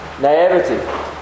naivety